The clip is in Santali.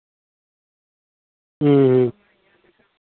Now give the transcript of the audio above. ᱦᱮᱸ ᱦᱮᱸ